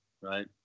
right